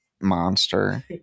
Monster